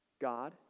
God